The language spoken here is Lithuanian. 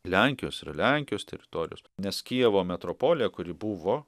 lenkijos yra lenkijos teritorijos nes kijevo metropolija kuri buvo